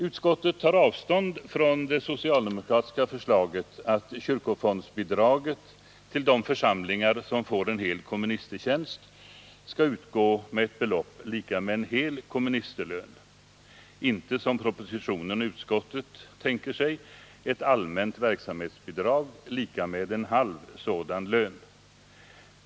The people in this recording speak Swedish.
Utskottet tar avstånd från det socialdemokratiska förslaget att kyrkofondsbidraget till de församlingar som får en hel komministertjänst skall utgå 201 med ett belopp lika med en hel komministerlön, inte som propositionen och utskottet tänker sig ett allmänt verksamhetsbidrag lika med en halv sådan lön.